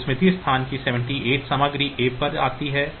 तो स्मृति स्थान की 78 सामग्री A पर आती है